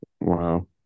wow